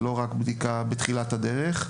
ולא רק בתחילת הדרך.